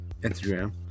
Instagram